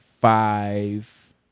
five